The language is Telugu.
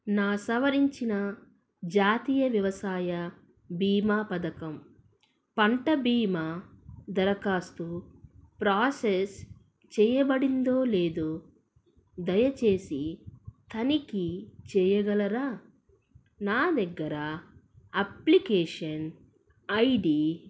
నా సవరించిన జాతీయ వ్యవసాయ భీమా పథకం పంట భీమా దరఖాస్తు ప్రాసెస్ చెయ్యబడిందో లేదో దయచేసి తనిఖీ చెయ్యగలరా నా దగ్గర అప్లికేషన్ ఐడి